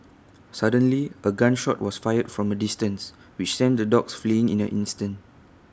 suddenly A gun shot was fired from A distance which sent the dogs fleeing in an instant